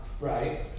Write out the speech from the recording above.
Right